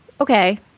okay